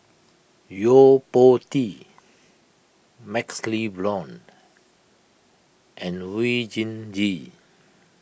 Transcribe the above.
Yo Po Tee MaxLe Blond and Oon Jin Gee